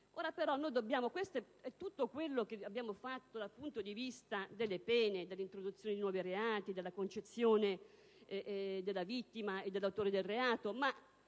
È pertanto positivo tutto quello che abbiamo fatto dal punto di vista delle pene, dell'introduzione di nuovi reati, della concezione della vittima e dell'autore del reato. Ma